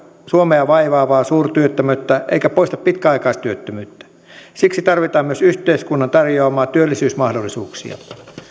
suomea vaivaavaa suurtyöttömyyttä eikä poista pitkäaikaistyöttömyyttä siksi tarvitaan myös yhteiskunnan tarjoamia työllisyysmahdollisuuksia